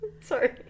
sorry